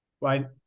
Right